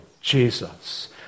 Jesus